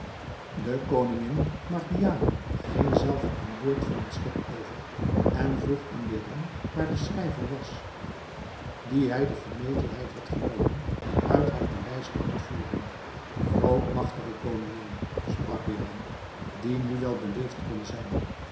de koningin margiane ging zelve aan boord van het schip over en vroeg aan behram waar de schrijver was dien hij de vermetelheid had genomen uit haar paleis te ontvoeren grootmagtige koningin sprak behram die nu wel beleefd kon zijn